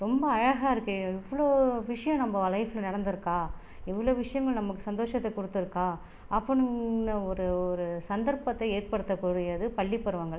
ரொம்ப அழகாக இருக்குது இவ்வளோ விஷயம் நம்ம லைப்பில் நடந்துருக்கா இவ்வளோ விஷயங்கள் நம்ம சந்தோஷத்தை கொடுத்துருக்கா அப்படின்னு ஒரு ஒரு சந்தர்ப்பத்தை ஏற்படுத்த கூடியது பள்ளி பருவங்கள்